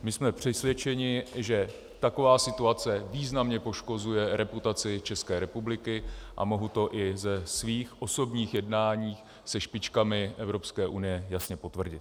My jsme přesvědčeni, že taková situace významně poškozuje reputaci České republiky, a mohu to i ze svých osobních jednání se špičkami Evropské unie jasně potvrdit.